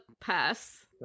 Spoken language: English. pass